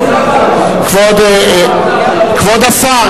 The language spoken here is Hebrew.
כבוד השר,